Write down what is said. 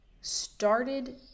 started